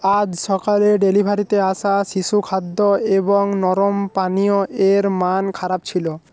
আজ সকালে ডেলিভারিতে আসা শিশু খাদ্য এবং নরম পানীয় এর মান খারাপ ছিলো